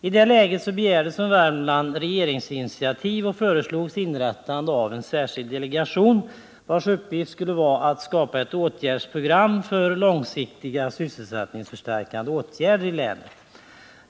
I det läget begärdes från Värmland regeringsinitiativ och föreslogs inrättande av en särskild delegation, vars uppgift skulle vara att skapa ett åtgärdsprogram för långsiktiga sysselsättningsförstärkande åtgärder i länet.